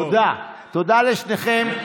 תודה, תודה לשניכם.